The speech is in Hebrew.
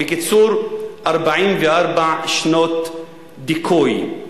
בקיצור, 44 שנות דיכוי.